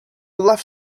left